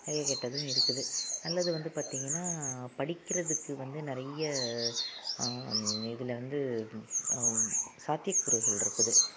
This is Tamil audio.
நிறைய கெட்டதும் இருக்குது நல்லது வந்து பார்த்திங்கனா படிக்கிறதுக்கு வந்து நிறைய இதில் வந்து சாத்திய கூறுகள் இருக்குது